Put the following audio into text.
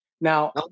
Now